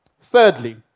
Thirdly